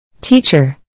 Teacher